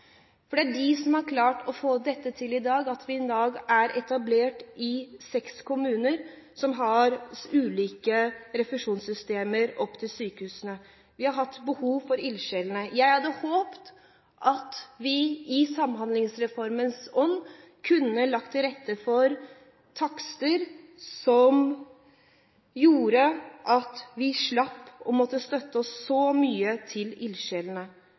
Det er de som har klart å få til at dette i dag er etablert i seks kommuner, som har ulike refusjonssystemer opp mot sykehusene. Vi har hatt behov for ildsjelene. Jeg hadde håpet at vi i samhandlingsreformens ånd kunne lagt til rette for takster som gjorde at vi slapp å måtte støtte oss så mye til